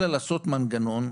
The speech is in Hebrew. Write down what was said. אלא לעשות מנגנון,